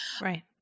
right